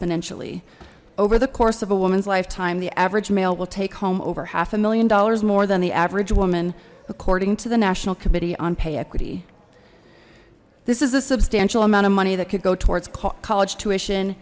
exponentially over the course of a woman's lifetime the average male will take home over half a million dollars more than the average woman according to the national committee on pay equity this is a substantial amount of money that could go towards college tuition